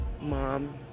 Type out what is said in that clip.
mom